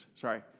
Sorry